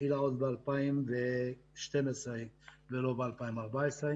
התחילה עוד ב-2012 ולא ב-2014.